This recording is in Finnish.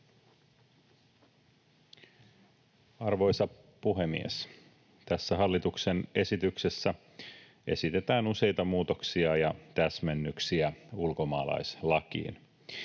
Arvoisa puhemies! Tässä hallituksen esityksessä esitetään useita muutoksia ja täsmennyksiä ulkomaalaislakiin.